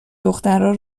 دخترا